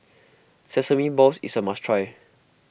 Sesame Balls is a must try